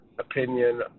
opinion